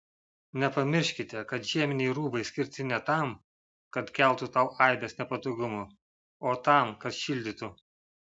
nepamirškite kad žieminiai rūbai skirti ne tam kad keltų tau aibes nepatogumų o tam kad šildytų